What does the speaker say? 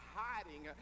hiding